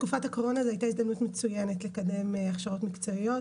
תקופת הקורונה הייתה הזדמנות מצוינת לקדם הכשרות מקצועיות.